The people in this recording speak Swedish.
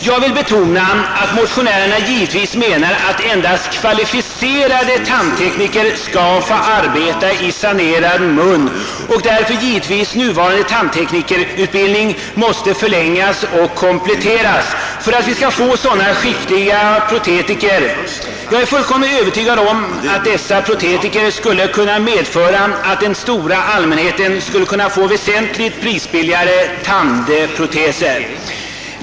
Jag vill betona, att motionärerna givetvis menar, att endast kvalificerade tandtekniker skall få arbeta i sanerad mun. Därför måste givetvis nuvarande tandteknikerutbildning förlängas och kompletteras för att vi skall få skickliga protetiker. Jag är fullkomligt övertygad om att dessa protetiker skulle kunna medföra väsentligt prisbilligare proteser för allmänheten.